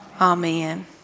Amen